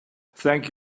thank